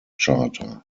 charter